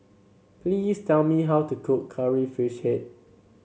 please tell me how to cook Curry Fish Head